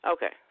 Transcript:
Okay